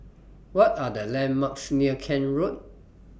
What Are The landmarks near Kent Road